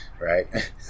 right